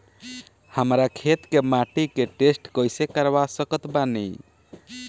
हमरा खेत के माटी के टेस्ट कैसे करवा सकत बानी?